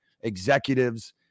executives